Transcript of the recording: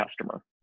customer